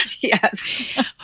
yes